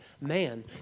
man